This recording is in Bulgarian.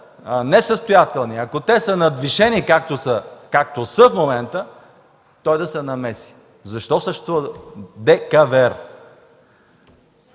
несъстоятелни, ако те са надвишени, както са в момента, той да се намеси. Защо съществува